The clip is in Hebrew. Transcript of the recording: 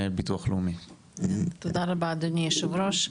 תודה רבה אדוני היושב-ראש.